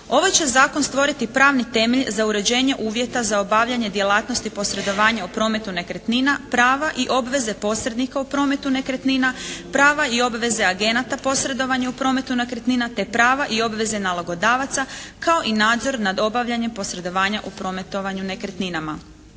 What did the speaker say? Ovaj će zakon stvoriti pravni temelj za uređenje uvjeta za obavljanje djelatnosti posredovanja u prometu nekretnina, prava i obveze posrednika u prometu nekretnina, prava i obveze agenata posredovanja u prometu nekretnina te prava i obveze nalogodavaca kao i nadzor nad obavljanjem posredovanja u prometovanju nekretninama.